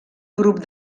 grup